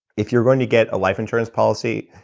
if you're going to get a life insurance policy,